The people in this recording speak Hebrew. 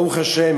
ברוך השם,